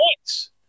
points